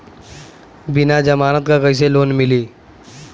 बिना जमानत क कइसे लोन मिली?